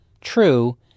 true